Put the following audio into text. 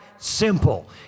simple